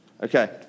Okay